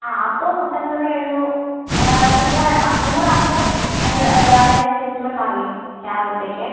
ആ അപ്പവും മുട്ട കറിയും ഒരു നൂറെണ്ണം നൂറ് അപ്പവും അതിനനുസരിച്ചുള്ള കറിയും രാവിലത്തേക്കേ